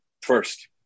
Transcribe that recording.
first